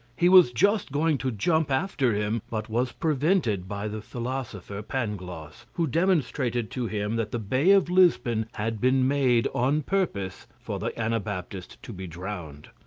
he was just going to jump after him, but was prevented by the philosopher pangloss, who demonstrated to him that the bay of lisbon had been made on purpose for the anabaptist to be drowned.